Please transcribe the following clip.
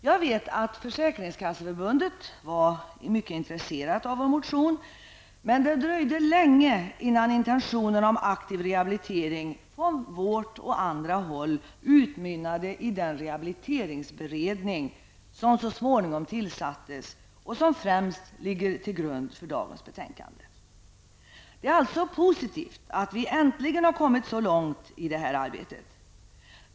Jag vet att Försäkringskasseförbundet var mycket intresserat av vår motion, men det dröjde länge innan intentionerna om en aktiv rehabilitering, från vårt och andra håll, utmynnade i den rehabiliteringsberedning som så småningom tillsattes och som främst ligger till grund för det betänkande som behandlas i dag. Det är positivt att vi äntligen har kommit så långt i detta arbete.